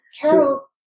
Carol